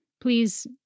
Please